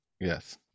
yes